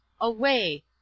away